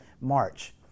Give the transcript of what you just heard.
March